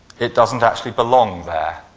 it doesn't actually belong there.